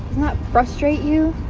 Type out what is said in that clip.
that frustrate you?